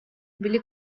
били